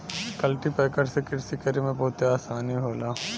cultipacker से कृषि करे में बहुते आसानी होला